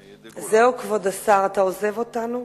זהו, כבוד השר, אתה עוזב אותנו?